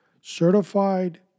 Certified